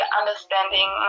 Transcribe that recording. understanding